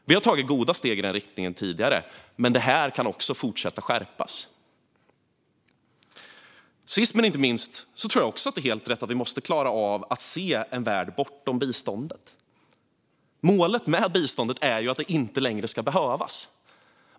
Vi har tagit goda steg i denna riktning tidigare, men det här kan fortsätta skärpas. Sist men inte minst måste vi helt riktigt klara av att se en värld bortom biståndet. Målet med biståndet är ju att det inte längre ska behövas.